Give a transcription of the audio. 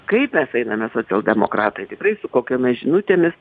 kaip mes einame socialdemokratai tikrai su kokiomis žinutėmis